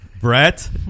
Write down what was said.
brett